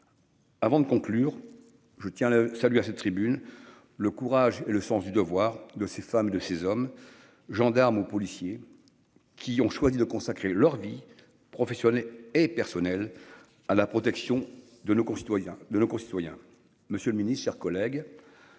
Avant de conclure je tiens le salut à cette tribune le courage et le sens du devoir de ces femmes, de ces hommes, gendarmes ou policiers. Qui ont choisi de consacrer leur vie professionnelle et personnelle à la protection de nos concitoyens de nos concitoyens. Monsieur le Ministre, chers collègues.